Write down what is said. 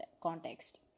context